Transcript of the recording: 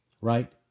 Right